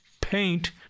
paint